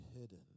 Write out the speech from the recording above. hidden